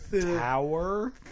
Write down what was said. tower